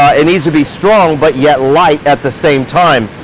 it needs to be strong, but yet light at the same time.